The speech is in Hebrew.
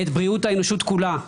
את בריאות האנושות כולה,